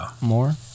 more